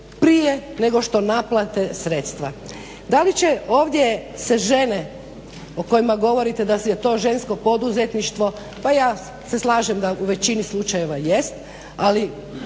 prije nego što naplate sredstva. Da li će ovdje se žene o kojima govorite da je to žensko poduzetništvo, pa ja se slažem da u većini slučajeve jest ali